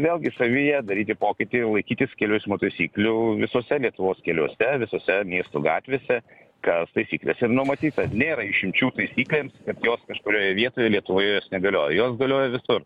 vėlgi savyje daryti pokytį ir laikytis kelių eismo taisyklių visuose lietuvos keliuose visose miestų gatvėse kas taisyklėse ir numatyta nėra išimčių taisyklėms kad jos kažkurioje vietoje lietuvoje jos negalioja jos galioja visur